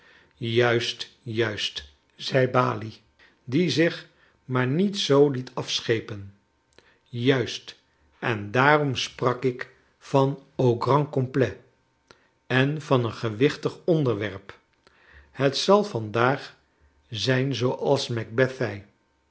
juist juist zei balie die zich maar niet zoo liet afschepen juist en daarom sprak ik van au grand complet en van een gewichtig onderwerp het zal vandaag zijn zooals macbeth zei